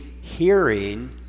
hearing